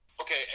Okay